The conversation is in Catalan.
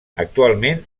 actualment